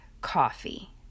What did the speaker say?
coffee